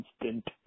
instant